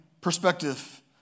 perspective